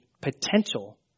potential